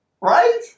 Right